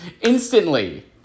instantly